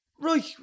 Right